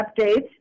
updates